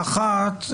האחת,